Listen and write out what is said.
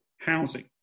housing